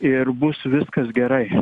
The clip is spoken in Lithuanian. ir bus viskas gerai